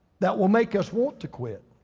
that will make us want to quit.